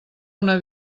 una